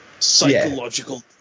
Psychological